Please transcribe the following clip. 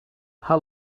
how